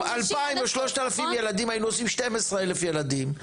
2,000 או 3,000 ילדים היינו עושים 12,000 ילדים.